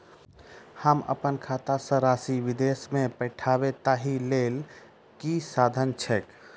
हम अप्पन खाता सँ राशि विदेश मे पठवै ताहि लेल की साधन छैक?